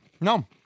No